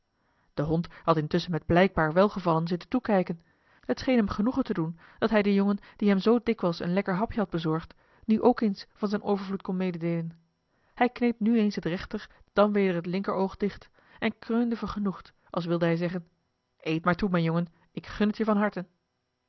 de hond had intusschen met blijkbaar welgevallen zitten toekijken t scheen hem genoegen te doen dat hij den jongen die hem zoo dikwijls een lekker hapje had bezorgd nu ook eens van zijn overvloed kon mededeelen hij kneep nu eens het rechter dan weder het linker oog dicht en kreunde vergenoegd als wilde hij zeggen eet maar toe mijn jongen ik gun het je van harte